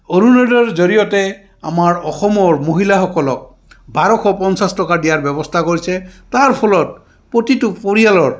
অৰুণোদয়ৰ জৰিয়তে আমাৰ অসমৰ মহিলাসকলক বাৰশ পঞ্চাছ টকা দিয়াৰ ব্যৱস্থা কৰিছে তাৰ ফলত প্ৰতিটো পৰিয়ালৰ